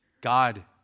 God